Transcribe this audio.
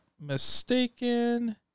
mistaken